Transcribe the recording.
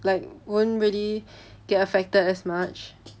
like won't really get affected as much